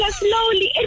slowly